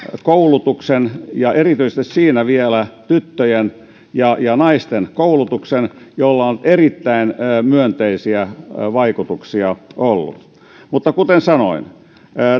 koulutuksen ja erityisesti siinä vielä tyttöjen ja ja naisten koulutuksen jolla on erittäin myönteisiä vaikutuksia ollut mutta kuten sanoin